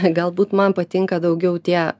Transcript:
galbūt man patinka daugiau tie